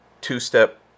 two-step